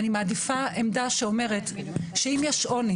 אני מעדיפה עמדה שאומרת שאם יש עוני